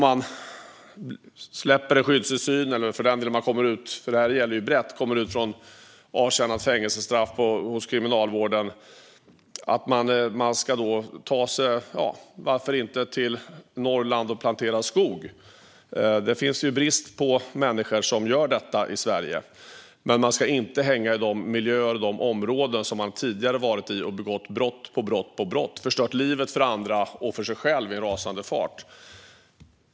Om de släpps till skyddstillsyn eller för den delen kommer ut efter avtjänat fängelsestraff hos Kriminalvården - det här gäller ju brett - ska de ta sig till, ja, varför inte Norrland och plantera skog? Det råder ju brist på människor som gör det i Sverige. Men de ska inte hänga i de miljöer och de områden där de tidigare varit och begått brott på brott och förstört livet för andra och för sig själva i rasande fart.